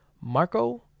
Marco